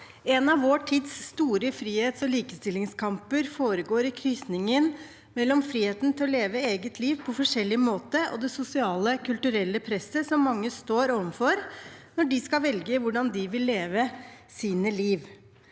En av vår tids store frihets- og likestillingskamper foregår i krysningen mellom friheten til å leve eget liv på forskjellig måte og det sosiale og kulturelle presset som mange står overfor når de skal velge hvordan de vil leve sitt liv.